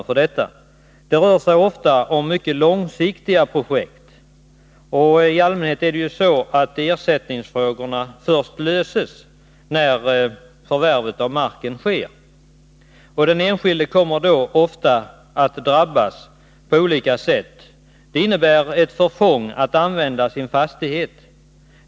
Det rör sig ofta om mycket långsiktiga projekt, och i allmänhet löses ersättningsfrågorna först när förvärvet av mark sker. Den enskilde kommer då ofta att drabbas på olika sätt. Det innebär ett förfång i användandet av fastigheten.